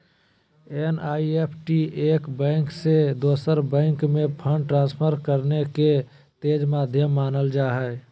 NEFT एक bank से दोसर बैंक में फंड ट्रांसफर करे के तेज माध्यम मानल जा हय